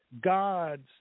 God's